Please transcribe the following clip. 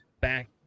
back